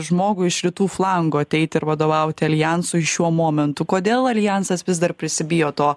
žmogui iš rytų flango ateiti ir vadovauti aljansui šiuo momentu kodėl aljansas vis dar prisibijo to